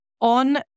On